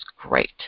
great